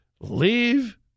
leave